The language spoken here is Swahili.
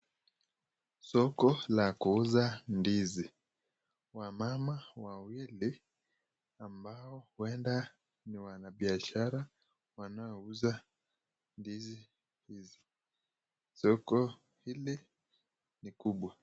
Soko la kuuza ndizi wamama wawili ambao uenda ni wanabishara wanaouza ndizi hizi, soko hili ni kubwa.